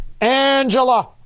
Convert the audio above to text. Angela